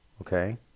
Okay